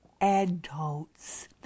adults